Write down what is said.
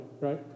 right